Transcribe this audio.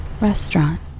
Restaurant